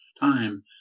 time